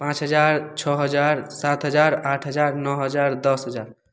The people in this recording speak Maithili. पाँच हजार छओ हजार सात हजार आठ हजार नओ हजार दस हजार